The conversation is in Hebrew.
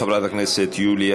חברת הכנסת יוליה